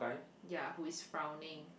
ya who is frowning